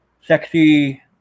sexy